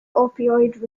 opioid